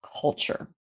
culture